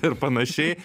ir panašiai